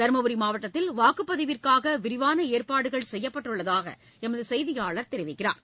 தருமபுரி மாவட்டத்தில் வாக்குப்பதிவிற்காக விரிவான ஏற்பாடுகள் செய்யப்பட்டுள்ளதாக எமது செய்தியாளர் தெரிவிக்கிறார்